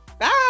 Bye